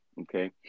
Okay